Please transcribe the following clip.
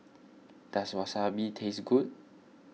does Wasabi taste good